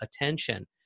attention